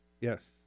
Yes